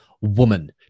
woman